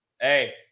Hey